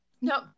No